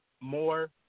more